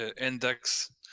index